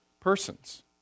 persons